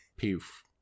Poof